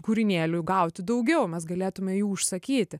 kūrinėlių gauti daugiau mes galėtume jų užsakyti